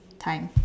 time